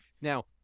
now